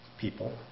people